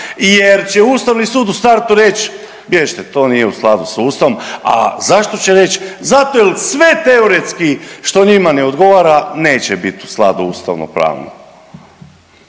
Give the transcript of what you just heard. jer će Ustavni sud u startu reći bježite, to nije u skladu sa Ustavom. A zašto će reći? Zato jer sve teoretski što njima ne odgovara neće biti u skladu ustavno-pravno.